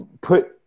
put